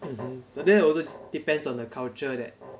mmhmm but then also depends on the culture that